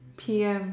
P_M